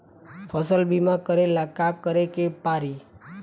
फसल बिमा करेला का करेके पारी?